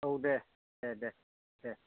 औ दे दे